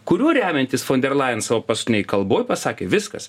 kuriuo remiantis fon der lajen savo paskutinėj kalboj pasakė viskas